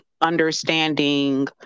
understanding